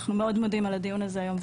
אנחנו מאוד מודים על הדיון הזה היום,